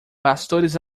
pastores